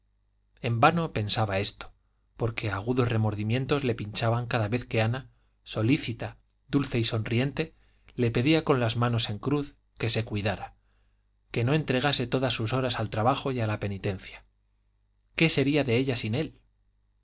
en vano pensaba esto porque agudos remordimientos le pinchaban cada vez que ana solícita dulce y sonriente le pedía con las manos en cruz que se cuidara que no entregase todas sus horas al trabajo y a la penitencia qué sería de ella sin él